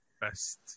best